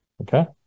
okay